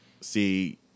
see